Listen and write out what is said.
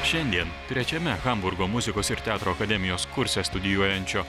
šiandien trečiame hamburgo muzikos ir teatro akademijos kurse studijuojančio